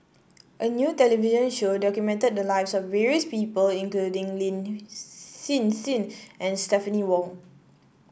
a new television show documented the lives of various people including Lin Hsin Hsin and Stephanie Wong